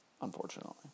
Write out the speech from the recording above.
unfortunately